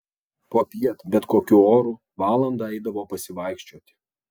popiet bet kokiu oru valandą eidavo pasivaikščioti